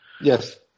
Yes